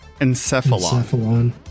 Encephalon